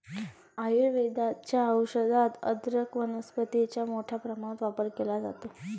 आयुर्वेदाच्या औषधात अदरक वनस्पतीचा मोठ्या प्रमाणात वापर केला जातो